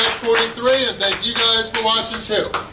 forty three and thank you guys for watching too!